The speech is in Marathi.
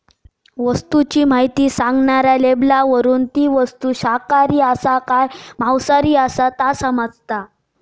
वस्तूची म्हायती सांगणाऱ्या लेबलावरून ती वस्तू शाकाहारींसाठी आसा काय मांसाहारींसाठी ता समाजता